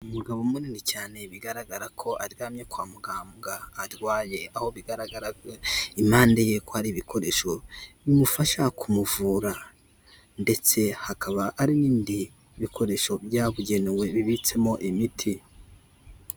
Umugabo munini cyane, bigaragara ko aryamye kwa muganga arwaye, aho bigaragara impande ye ko hari ibikoresho bimufasha kumuvura, ndetse hakaba hari n'ibindi bikoresho byabugenewe bibitsemo imiti.